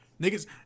Niggas